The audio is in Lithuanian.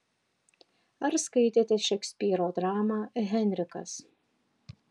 ar skaitėte šekspyro dramą henrikas